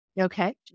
Okay